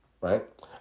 right